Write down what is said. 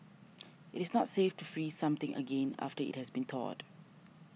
it is not safe to freeze something again after it has been thawed